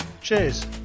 Cheers